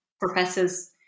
professors